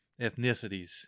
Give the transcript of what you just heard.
ethnicities